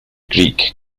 greek